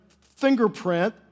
fingerprint